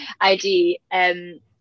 ID